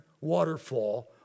Waterfall